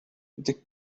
they